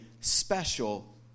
special